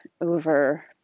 over